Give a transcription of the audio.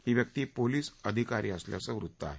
ही व्यक्ती पोलीस अधिकारी असल्याचं वृत्त आहे